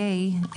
קיי,